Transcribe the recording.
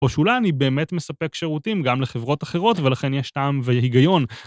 או שאולי אני באמת מספק שירותים גם לחברות אחרות ולכן יש טעם והיגיון.